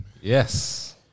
Yes